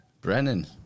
Brennan